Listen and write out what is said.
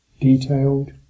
detailed